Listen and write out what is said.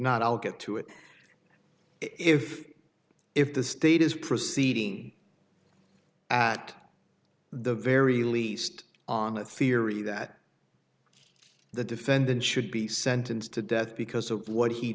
not i'll get to it if if the state is proceeding at the very least on the theory that the defendant should be sentenced to death because of what he